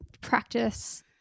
practice